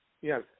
Yes